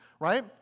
right